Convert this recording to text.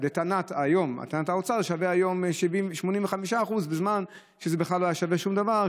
ולטענת האוצר זה שווה היום 85% בזמן שזה בכלל לא היה שווה שום דבר,